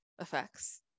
effects